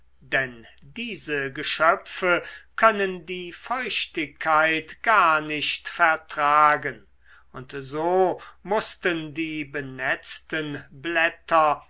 denn diese geschöpfe können die feuchtigkeit gar nicht vertragen und so mußten die benetzten blätter